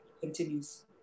continues